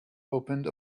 opened